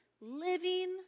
living